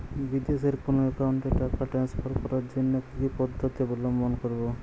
বিদেশের কোনো অ্যাকাউন্টে টাকা ট্রান্সফার করার জন্য কী কী পদ্ধতি অবলম্বন করব?